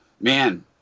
man